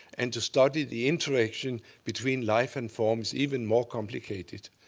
and to study the interaction between life and form is even more complicated.